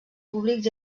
públics